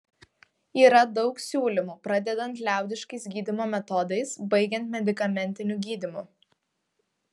yra daug siūlymų pradedant liaudiškais gydymo metodais baigiant medikamentiniu gydymu